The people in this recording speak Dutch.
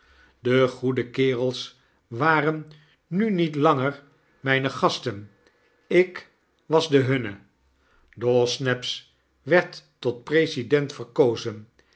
de goede kerels waren nu niet langer myne gasten ik was de hunne dawsnaps werd tot president verkozen